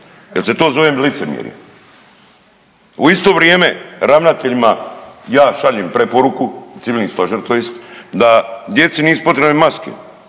Jel se to zove licemjerje? U isto vrijeme ravnateljima ja šaljem preporuku civilni stožer tj. da djeci nisu potrebne maske.